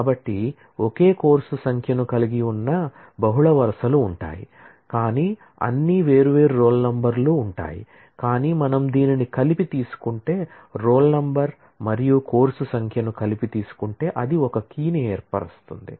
కాబట్టి ఒకే కోర్సు సంఖ్యను కలిగి ఉన్న బహుళ వరుసలు ఉంటాయి కానీ అన్ని వేర్వేరు రోల్ నంబర్లు ఉంటాయి కాని మనం దీనిని కలిసి తీసుకుంటే రోల్ నంబర్ మరియు కోర్సు సంఖ్యను కలిపి తీసుకుంటే అది ఒక కీని ఏర్పరుస్తుంది